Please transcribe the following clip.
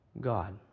God